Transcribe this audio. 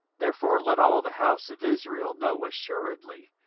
therefore let all the house of israel know assuredly,